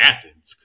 Athens